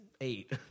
eight